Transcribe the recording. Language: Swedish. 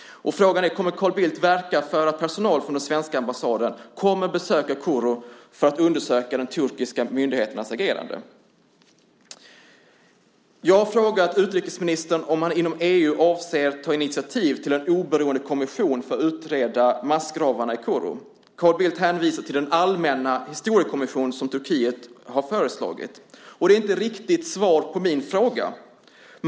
Frågan är: Kommer Carl Bildt att verka för att personal från den svenska ambassaden kommer att besöka Kuru för att undersöka de turkiska myndigheternas agerande? Jag har frågat utrikesministern om han inom EU avser att ta initiativ till en oberoende kommission för att utreda massgravarna i Kuru. Carl Bildt hänvisar till den allmänna historiekommission som Turkiet har föreslagit. Det är inte riktigt ett svar på min fråga.